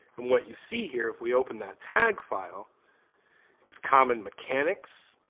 and what you see here if we open that tag file is common mechanics